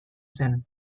zen